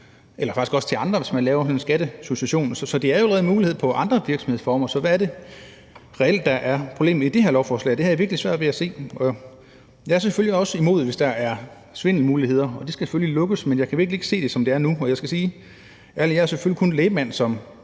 eller faktisk også til andre, hvis man laver skattemæssig succession. Så det er jo allerede en mulighed ved andre virksomhedsformer, så hvad er det reelt, der er problemet i forhold til det her lovforslag? Det har jeg virkelig svært ved at se. Jeg er selvfølgelig også imod det, hvis der er svindelmuligheder, og det skal der selvfølgelig lukkes for. Men jeg kan virkelig ikke se det, som det er nu. Jeg er som folketingsmedlem selvfølgelig kun lægmand, og